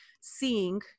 seeing